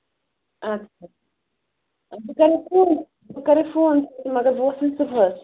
اچھا بہٕ کَرے فون بہٕ کَرے فون مگر بہٕ وَسہٕ وَنۍ صُبحَس